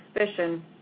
suspicion